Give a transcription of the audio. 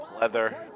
leather